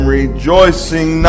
rejoicing